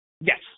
Yes